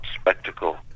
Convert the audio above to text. spectacle